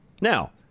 Now